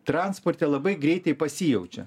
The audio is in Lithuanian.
transporte labai greitai pasijaučia